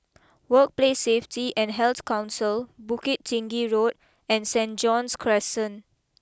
Workplace Safety and Health Council Bukit Tinggi Road and Saint John's Crescent